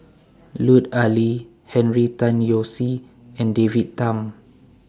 Lut Ali Henry Tan Yoke See and David Tham